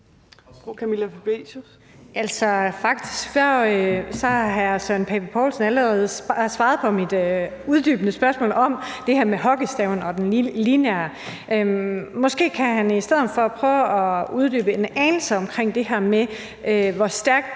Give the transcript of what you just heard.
har hr. Søren Pape Poulsen allerede svaret på mit uddybende spørgsmål om det her med hockeystaven og det lineære. Måske kan han i stedet for uddybe en anelse om det her med, hvor stærkt